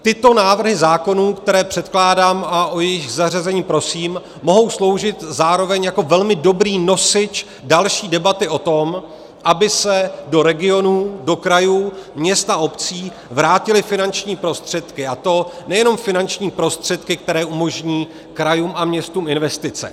Tyto návrhy zákonů, které předkládám a o jejichž zařazení prosím, mohou sloužit zároveň jako velmi dobrý nosič další debaty o tom, aby se do regionů, do krajů, měst a obcí vrátily finanční prostředky, a to nejenom finanční prostředky, které umožní krajům a městům investice.